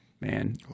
man